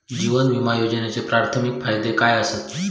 जीवन विमा योजनेचे प्राथमिक फायदे काय आसत?